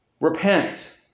Repent